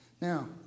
Now